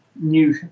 new